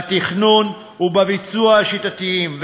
בתכנון ובביצוע השיטתיים,